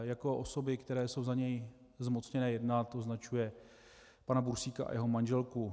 Jako osoby, které jsou za něj zmocněné jednat, označuje pana Bursíka a jeho manželku.